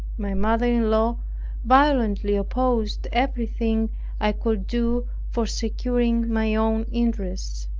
my mother-in-law violently opposed everything i could do for securing my own interests.